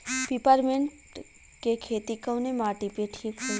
Peppermint के खेती कवने माटी पे ठीक होई?